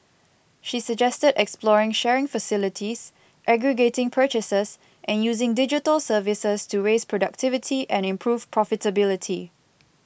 she suggested exploring sharing facilities aggregating purchases and using digital services to raise productivity and improve profitability